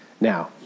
now